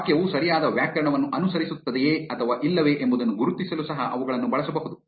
ವಾಕ್ಯವು ಸರಿಯಾದ ವ್ಯಾಕರಣವನ್ನು ಅನುಸರಿಸುತ್ತದೆಯೇ ಅಥವಾ ಇಲ್ಲವೇ ಎಂಬುದನ್ನು ಗುರುತಿಸಲು ಸಹ ಅವುಗಳನ್ನು ಬಳಸಬಹುದು